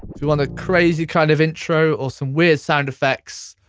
if you want a crazy kind of intro or some weird sound effects,